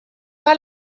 pas